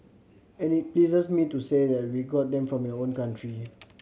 and it pleases me to say that we got them from your own country